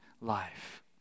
life